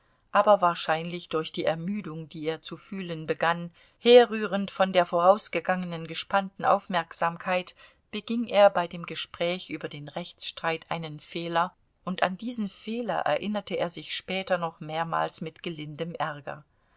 aber wahrscheinlich durch die ermüdung die er zu fühlen begann herrührend von der vorausgegangenen gespannten aufmerksamkeit beging er bei dem gespräch über den rechtsstreit einen fehler und an diesen fehler erinnerte er sich später noch mehrmals mit gelindem ärger